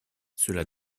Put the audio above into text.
cela